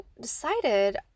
decided